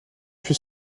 fut